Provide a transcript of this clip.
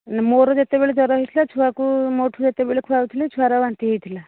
ମୋର ଯେତେବେଳେ ଜ୍ଵର ହୋଇଥିଲା ଛୁଆକୁ ମୋଠୁ ଯେତେବେଳେ ଖୁଆଉଥିଲି ଛୁଆର ବାନ୍ତି ହୋଇଥିଲା